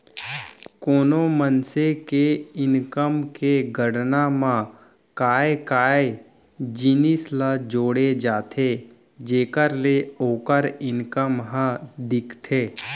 कोनो मनसे के इनकम के गणना म काय काय जिनिस ल जोड़े जाथे जेखर ले ओखर इनकम ह दिखथे?